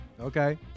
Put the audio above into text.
Okay